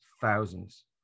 thousands